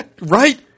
right